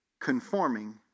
conforming